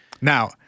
Now